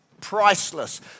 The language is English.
priceless